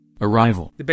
Arrival